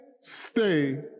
stay